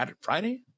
Friday